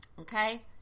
Okay